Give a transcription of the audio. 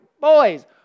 boys